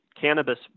cannabis